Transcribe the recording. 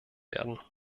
werden